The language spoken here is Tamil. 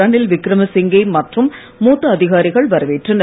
ரனில் விக்ரமசிங்கே மற்றும் மூத்த அதிகாரிகள் வரவேற்றனர்